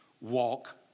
Walk